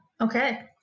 Okay